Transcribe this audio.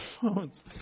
phones